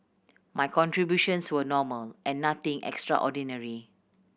my contributions were normal and nothing extraordinary